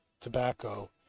tobacco